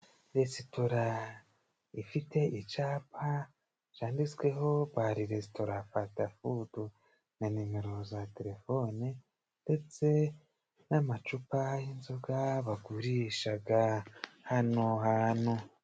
Resitora ifite icapa cyanditsweho ba resitora fasita fudu na nimero za telefone ndetse n'amacupa y'inzoga bagurishaga hano hantu.